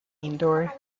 indoor